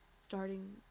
starting